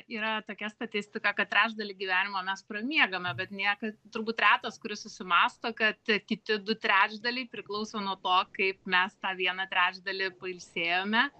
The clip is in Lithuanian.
yra tokia statistika kad trečdalį gyvenimo mes pramiegame bet nieka turbūt retas kuris susimąsto kad kiti du trečdaliai priklauso nuo to kaip mes tą vieną trečdalį pailsėjome